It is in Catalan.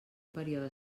període